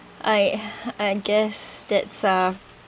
I I guess that's uh